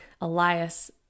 Elias